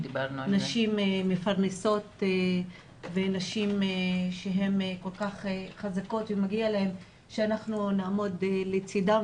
מפרנסות ונשים שהן כל כך חזקות ומגיע להן שנעמוד לצדן